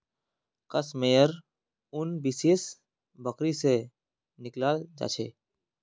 कश मेयर उन विशेष बकरी से निकलाल जा छे